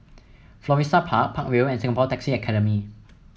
Florissa Park Park Vale and Singapore Taxi Academy